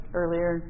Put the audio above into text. earlier